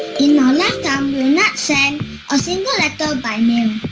in our lifetime, we will not send a single letter by mail.